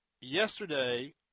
yesterday